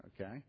okay